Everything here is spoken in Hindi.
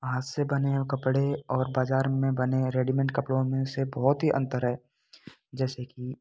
हाथ से बने कपड़े और बाजार में बने रेडीमेड कपड़ों में से बहुत ही अंतर है जैसे कि